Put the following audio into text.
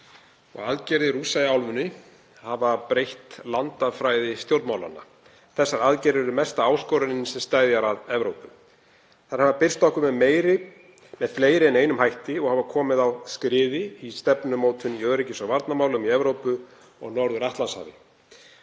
og aðgerðir Rússa í álfunni hafa breytt landafræði stjórnmálanna. Þessar aðgerðir eru mesta áskorunin sem steðjar að Evrópu. Þær hafa birst okkur með fleiri en einum hætti og hafa komið á skriði í stefnumótun í öryggis- og varnarmálum í Evrópu og á Norður-Atlantshafi,